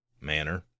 manner